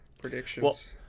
predictions